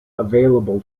available